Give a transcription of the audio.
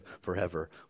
forever